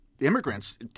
immigrants